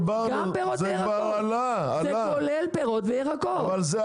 זה כולל פירות וירקות --- אבל דיברנו על זה.